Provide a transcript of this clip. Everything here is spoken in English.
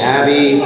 Abby